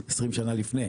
20 שנה לפני,